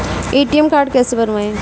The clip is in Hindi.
ए.टी.एम कार्ड कैसे बनवाएँ?